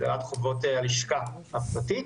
הגדלת חובות הלשכה הפרטית.